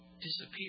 disappear